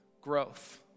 growth